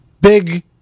Big